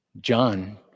John